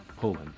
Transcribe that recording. Poland